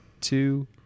two